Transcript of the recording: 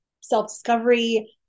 self-discovery